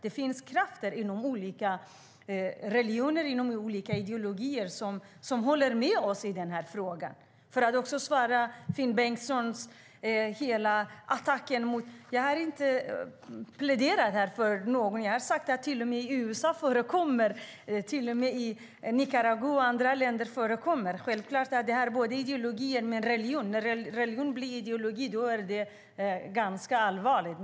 Det finns krafter inom olika religioner och ideologier som håller med oss i den här frågan. Låt mig också besvara Finn Bengtssons attack. Jag har inte pläderat för något sådant som han talar om. Jag sade att till och med i USA, Nicaragua och andra länder förekommer sådant. Självklart har det med både religion och ideologi att göra. När religion blir ideologi är det ganska allvarligt.